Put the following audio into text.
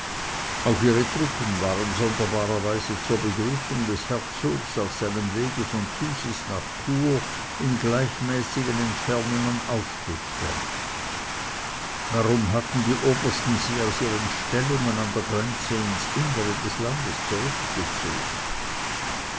auch ihre truppen waren sonderbarerweise zur begrüßung des herzogs auf seinem wege von thusis nach chur in gleichmäßigen entfernungen aufgestellt warum hatten die obersten sie aus ihren stellungen an der grenze ins innere des landes zurückgezogen